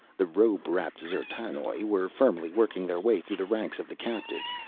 the robe-wrapped d'zertanoj were firmly working their way through the ranks of the captives,